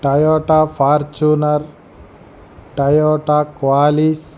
Toyota Fortuner Toyota క్వాలీస్